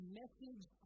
message